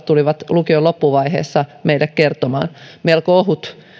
tulivat lukion loppuvaiheessa meille kertomaan melko ohut